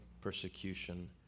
persecution